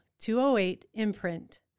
208-IMPRINT